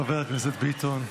חבר הכנסת ביטון.